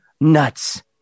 nuts